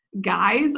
guys